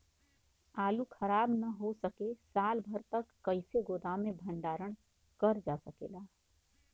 आलू खराब न हो सके साल भर तक कइसे गोदाम मे भण्डारण कर जा सकेला?